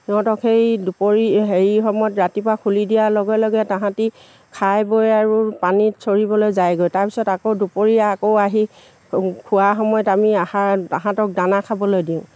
সিহঁতক সেই দুপৰ হেৰি সময়ত ৰাতিপুৱা খুলি দিয়াৰ লগে লগে তাহাঁতি খাই বৈ আৰু পানীত চৰিবলৈ যায়গৈ তাৰপিছত আকৌ দুপৰীয়া আকৌ আহি খোৱা সময়ত আমি আহাৰ তাহাঁতক দানা খাবলৈ দিওঁ